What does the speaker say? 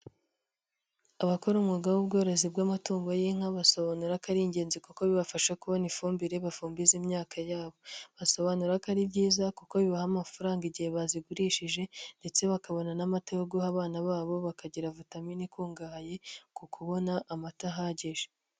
Abakora umwuga w'ubworozi bw'amatungo y'inka basobanura ko ari ingenzi kuko bibafasha kubona ifumbire bafumbiza imyaka yabo, basobanura ko ari byiza kuko bibaha amafaranga igihe bazigurishije ndetse bakabona n'amata yo guha abana babo, bakagira vitamini ikungahaye, ku kubona amata ahagije.